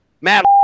Matt